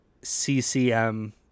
CCM